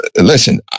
listen